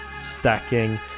stacking